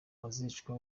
azicwa